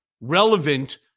relevant